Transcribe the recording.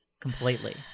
completely